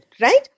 right